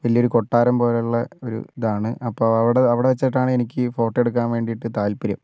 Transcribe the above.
വലിയൊരു കൊട്ടാരം പോലുള്ള ഒരു ഇതാണ് അപ്പോൾ അവിടെ അവിടെ വച്ചിട്ടാണെനിക്ക് ഫോട്ടോ എടുക്കാൻ വേണ്ടീട്ട് താത്പര്യം